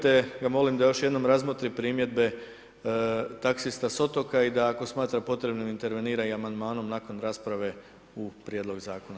Te ga molim da još jednom razmotri primjedbe taksiste s otoka, i da ako smatra potrebne intervira amandmanom, nakon rasprave u prijedlog zakona.